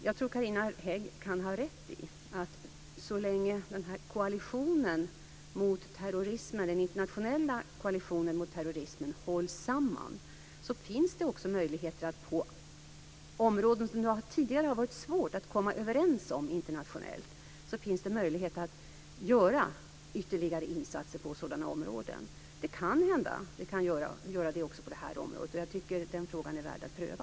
Jag tror att Carina Hägg kan ha rätt i att så länge den internationella koalitionen mot terrorismen hålls samman finns det möjligheter att göra ytterligare insatser på områden där det tidigare har varit svårt att komma överens internationellt. Det kan hända att så kan vara fallet också på det här området. Jag tycker att den möjligheten kan vara värd att pröva.